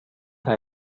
full